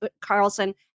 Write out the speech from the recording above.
Carlson